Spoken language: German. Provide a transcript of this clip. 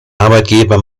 arbeitgeber